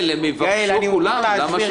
לא.